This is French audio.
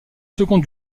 second